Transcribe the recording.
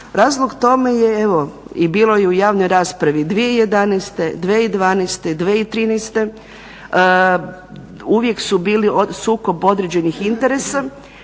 Razlog tome je, evo i bilo je u javnoj raspravi 2011., 2012., 2013., uvijek su bili sukob određenih interesa.